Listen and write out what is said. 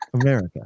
America